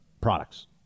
products